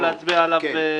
או להצביע עליו?